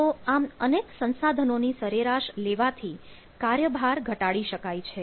તો આમ અનેક સંસાધનોની સરેરાશ લેવાથી કાર્યભાર ઘટાડી શકાય છે